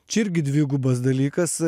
čia irgi dvigubas dalykas